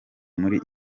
muri